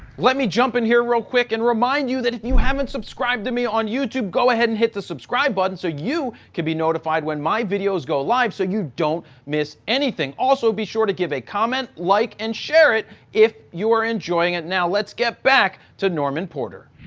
let me jump in here real quick and remind you that if you haven't subscribed to me on youtube, go ahead and hit the subscribe button, so you can be notified when my videos go live so you don't miss anything. also be sure to give a comment, like, and share it if you are enjoying it. now, let's get back to norman porter.